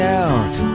out